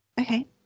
Okay